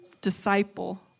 disciple